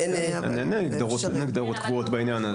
אין הגדרות קבועות בעניין הזה.